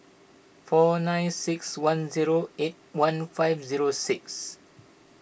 four nine six one zero eight one five zero six